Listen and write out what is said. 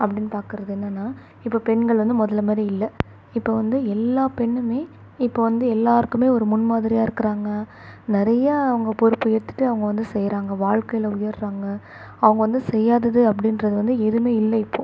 அப்படின்னு பார்க்கறது என்னன்னா இப்போ பெண்கள் வந்து முதல்ல மாதிரி இல்லை இப்போ வந்து எல்லா பெண்ணுமே இப்போது வந்து எல்லாருக்குமே ஒரு முன்மாதிரியாக இருக்கிறாங்க நிறையா அவங்க பொறுப்பு ஏத்துகிட்டு அவங்க வந்து செய்கிறாங்க வாழ்க்கைல உயர்கிறாங்க அவங்க வந்து செய்யாதது அப்படின்றது வந்து எதுவுமே இல்லை இப்போது